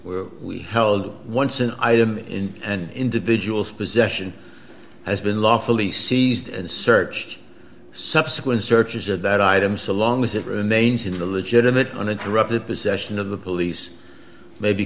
were held once an item in an individual's possession has been lawfully seized and searched subsequent searches of that item so long as it remains in the legitimate uninterrupted possession of the police may be